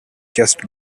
just